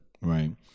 right